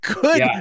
good